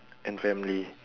and family